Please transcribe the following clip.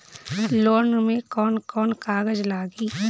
Loan में कौन कौन कागज लागी?